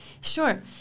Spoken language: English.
Sure